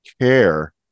care